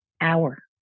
hour